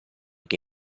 che